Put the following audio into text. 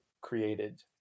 created